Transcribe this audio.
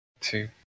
two